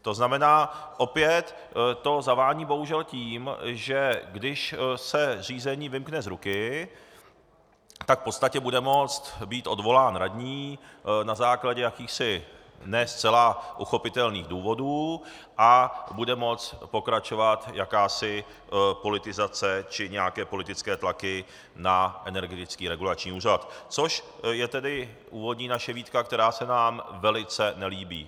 To znamená, opět to zavání bohužel tím, že když se řízení vymkne z ruky, tak v podstatě bude moct být odvolán radní na základě jakýchsi ne zcela pochopitelných důvodů a bude moct pokračovat jakási politizace či nějaké politické tlaky na Energetický regulační úřad, což je tedy původní naše výtka, která se nám velice nelíbí.